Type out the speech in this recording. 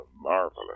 marvelous